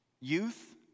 youth